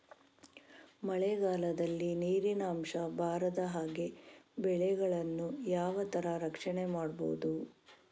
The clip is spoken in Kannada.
ಮಳೆಗಾಲದಲ್ಲಿ ನೀರಿನ ಅಂಶ ಬಾರದ ಹಾಗೆ ಬೆಳೆಗಳನ್ನು ಯಾವ ತರ ರಕ್ಷಣೆ ಮಾಡ್ಬಹುದು?